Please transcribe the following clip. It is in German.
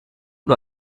nur